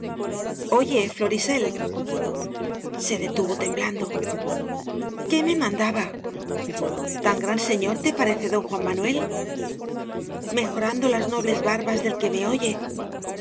oye florisel se detuvo temblando qué me mandaba tan gran señor te parece don juan manuel mejorando las nobles barbas del que me oye